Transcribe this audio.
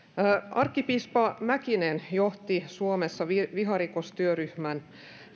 arkkipiispa mäkinen johti suomessa viharikostyöryhmää